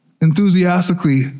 enthusiastically